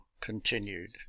continued